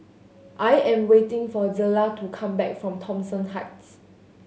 I am waiting for Zella to come back from Thomson Heights